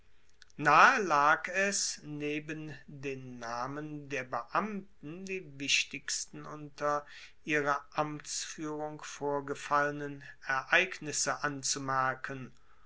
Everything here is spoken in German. nahe lag es neben den namen der beamten die wichtigsten unter ihrer amtsfuehrung vorgefallenen ereignisse anzumerken